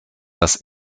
das